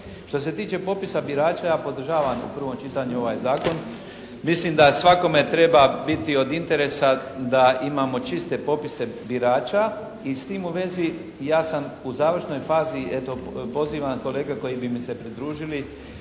Što se tiče popisa birača ja podržavam u prvom čitanju ovaj Zakon. Mislim da svakome treba biti od interesa da imamo čiste popise birača i s tim u vezi ja sam u završnoj fazi, eto pozivam kolege koji bi mi se pridružili